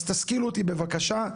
אז תשכילו אותי בבקשה.